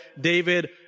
David